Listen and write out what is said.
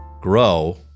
grow